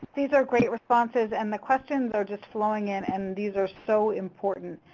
these are great responses and the questions are just flowing in and these are so important.